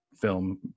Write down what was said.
film